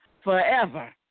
forever